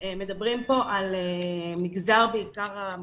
אתם מדברים פה בעיקר על המגזר הערבי,